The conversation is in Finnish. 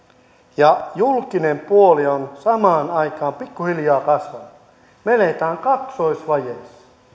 ja julkinen puoli on samaan aikaan pikkuhiljaa kasvanut me elämme kaksoisvajeessa